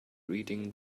reading